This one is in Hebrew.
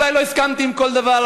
אולי לא הסכמתי עם כל דבר,